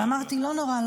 ואמרתי: לא נורא,